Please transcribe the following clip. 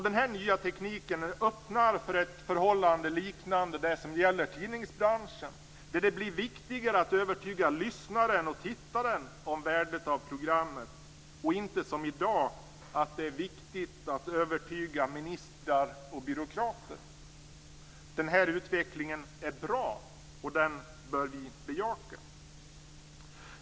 Denna nya teknik öppnar för ett förhållande liknande det som gäller tidningsbranschen, där det blir viktigare att övertyga lyssnaren och tittaren om värdet av programmet än att som i dag övertyga ministrar och byråkrater. Den här utvecklingen är bra, och den bör vi bejaka.